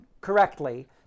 correctly